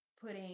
putting